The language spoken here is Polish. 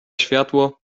światło